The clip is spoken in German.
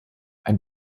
ein